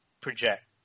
project